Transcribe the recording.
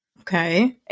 Okay